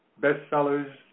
bestsellers